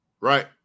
Right